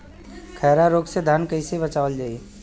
खैरा रोग से धान कईसे बचावल जाई?